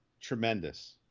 tremendous